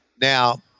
Now